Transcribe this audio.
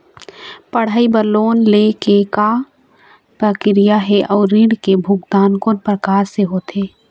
पढ़ई बर लोन ले के का प्रक्रिया हे, अउ ऋण के भुगतान कोन प्रकार से होथे?